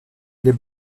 les